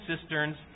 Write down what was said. cisterns